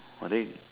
oh then